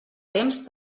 temps